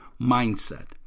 mindset